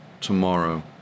tomorrow